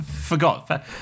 Forgot